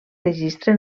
registre